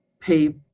pay